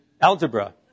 algebra